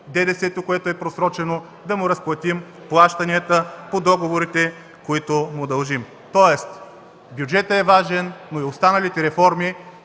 ДДС-то, което е просрочено, да му разплатим плащанията по договорите, които му дължим. Бюджетът е важен, но и останалите реформи,